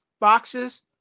boxes